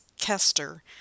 Kester